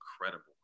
incredible